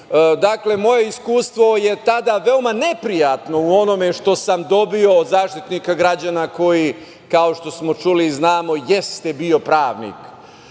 građana. Moje iskustvo je tada veoma neprijatno u onome što sam dobio od Zaštitnika građana koji, kao što smo čuli i znamo, jeste bio pravnik. Čak